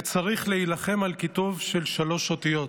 וצריך להילחם על כיתוב של שלוש אותיות: